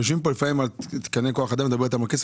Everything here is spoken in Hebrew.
יושבים כאן לפעמים על תקני כוח אדם ואומרים שלא,